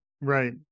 Right